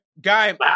Guy